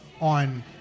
on